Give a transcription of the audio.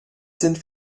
sind